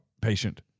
patient